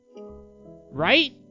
Right